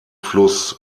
fluss